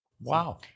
Wow